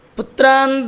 Putran